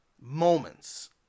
moments